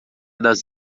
das